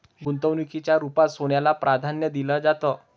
गुंतवणुकीच्या रुपात सोन्याला प्राधान्य दिलं जातं